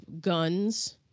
guns